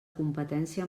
competència